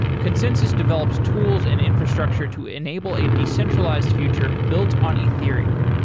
consensys develops tools and infrastructure to enable a decentralized future built on ethereum,